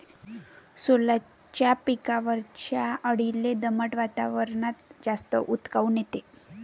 सोल्याच्या पिकावरच्या अळीले दमट वातावरनात जास्त ऊत काऊन येते?